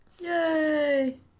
yay